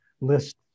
list